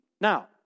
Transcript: Now